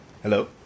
Hello